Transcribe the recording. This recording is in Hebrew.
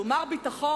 שהוא מר ביטחון,